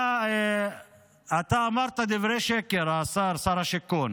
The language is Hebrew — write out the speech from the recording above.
אתה אמרת דברי שקר, שר השיכון.